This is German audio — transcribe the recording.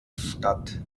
statt